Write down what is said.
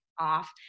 off